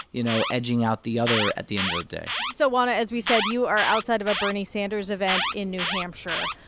you know, edging out the other at the end of the day so, juana, as we said, you are outside of a bernie sanders event in new hampshire.